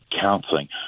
counseling